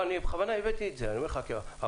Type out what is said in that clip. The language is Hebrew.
אני מנהלת אגף חינוך והכשרה בהתאחדות התעשיינים.